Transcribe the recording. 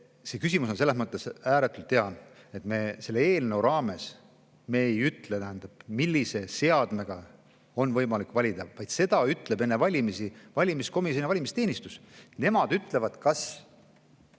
see küsimus on selles mõttes ääretult hea, et [ma saan nüüd kinnitada, et] selle eelnõu raames me ei ütle, millise seadmega on võimalik valida, vaid seda ütlevad enne valimisi valimiskomisjon ja valimisteenistus. Nemad ütlevad, kas